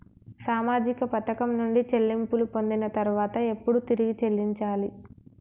సామాజిక పథకం నుండి చెల్లింపులు పొందిన తర్వాత ఎప్పుడు తిరిగి చెల్లించాలి?